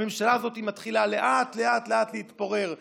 הממשלה שלכם נתנה יד להכרה ברפורמים.